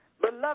Beloved